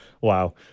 Wow